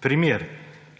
Primer: